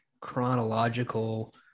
chronological